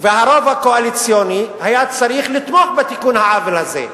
והרוב הקואליציוני היה צריך לתמוך בתיקון העוול הזה,